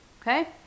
okay